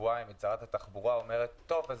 שבועיים את שרת התחבורה אומרת: טוב,